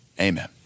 Amen